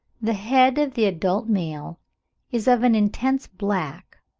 the head of the adult male is of an intense black,